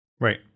Right